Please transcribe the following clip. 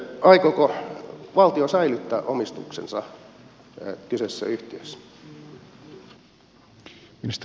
aikooko valtio säilyttää omistuksensa kyseisessä yhtiössä